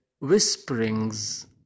whisperings